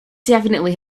definitely